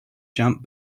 jump